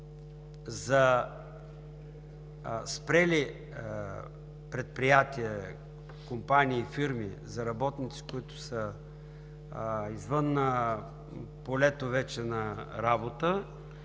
за спрели предприятия, компании и фирми, за работници, които са извън полето вече на работа,